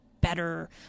better